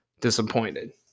disappointed